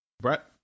Brett